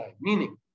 Meaning